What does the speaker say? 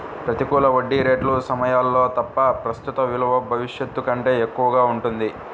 ప్రతికూల వడ్డీ రేట్ల సమయాల్లో తప్ప, ప్రస్తుత విలువ భవిష్యత్తు కంటే ఎక్కువగా ఉంటుంది